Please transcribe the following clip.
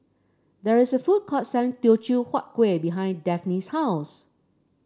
there is a food court selling Teochew Huat Kueh behind Dafne's house